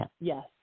Yes